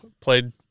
played